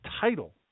title